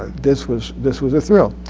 this was this was a thrill.